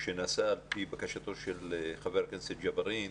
שנעשה על פי בקשתו של חבר הכנסת ג'בארין,